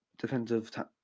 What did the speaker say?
Defensive